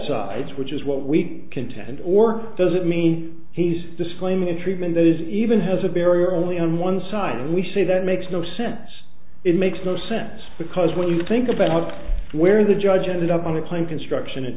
sides which is what we contend or does it mean he's displaying a treatment that is even has a barrier only on one side and we see that makes no sense it makes no sense because when you think about where the judge ended up on a plane construction